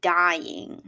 dying